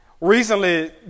Recently